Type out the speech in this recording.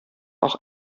auch